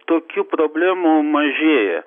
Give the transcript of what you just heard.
tokių problemų mažėja